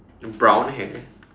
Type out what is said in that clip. and brown hair